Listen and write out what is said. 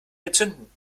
entzünden